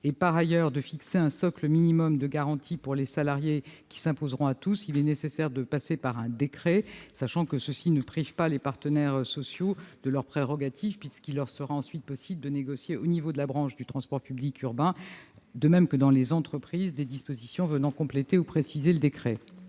et, par ailleurs, de définir un socle minimum de garanties pour les salariés qui s'imposeront à tous, il est nécessaire de passer par un décret. Cela ne prive pas les partenaires sociaux de leurs prérogatives, puisqu'il leur sera ensuite possible de négocier au niveau de la branche du transport public urbain, de même que dans les entreprises, des dispositions venant compléter ou préciser le décret.